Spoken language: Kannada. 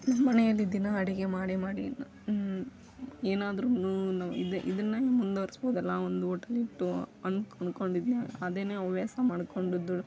ಮನೆಯಲ್ಲಿ ದಿನ ಅಡುಗೆ ಮಾಡಿ ಮಾಡಿ ಏನಾದರೂ ಮುಂದೆ ಇದೇ ಇದನ್ನೇ ಮುಂದುವರ್ಸ್ಬೋದಲ್ಲ ಒಂದು ಓಟೆಲಿಟ್ಟು ಅನ್ಕ್ ಅಂದ್ಕೊಂಡಿದ್ವಿ ಅದನ್ನೇ ಹವ್ಯಾಸ ಮಾಡ್ಕೊಂಡಿದ್ದು